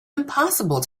impossible